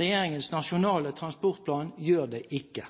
Regjeringens nasjonale transportplan gjør det ikke.